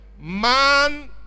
man